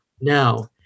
now